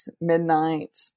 midnight